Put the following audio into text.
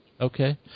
Okay